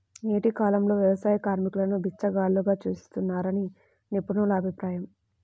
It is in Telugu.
నేటి కాలంలో వ్యవసాయ కార్మికులను బిచ్చగాళ్లుగా చూస్తున్నారని నిపుణుల అభిప్రాయం